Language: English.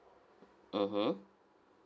mmhmm